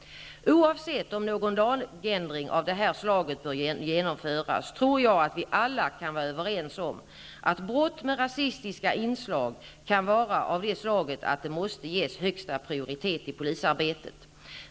Oavsett om någon lagändring av det här slaget bör genomföras tror jag att vi alla kan vara överens om att brott med rasistiska inslag kan vara av det slaget att de måste ges högsta prioritet i polisarbetet.